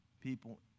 people